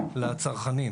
כלפי הצרכנים,